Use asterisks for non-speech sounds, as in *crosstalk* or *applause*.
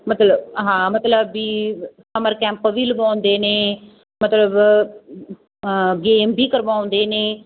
ਮਤਲਬ ਹਾਂ ਮਤਲਬ ਵੀ ਸਮਰ ਕੈਂਪ ਵੀ ਲਗਾਉਂਦੇ ਨੇ ਮਤਲਬ *unintelligible* ਗੇਮ ਵੀ ਕਰਵਾਉਂਦੇ ਨੇ